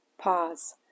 Pause